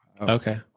Okay